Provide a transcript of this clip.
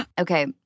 Okay